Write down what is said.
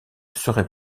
serait